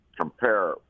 compare